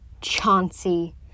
Chauncey